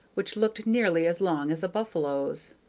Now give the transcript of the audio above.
which looked nearly as long as a buffalo's.